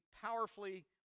powerfully